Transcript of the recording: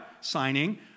signing